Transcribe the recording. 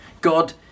God